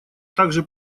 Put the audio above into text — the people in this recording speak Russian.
также